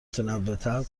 جامعتر